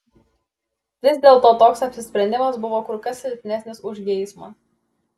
vis dėlto toks apsisprendimas buvo kur kas silpnesnis už geismą